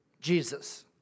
Jesus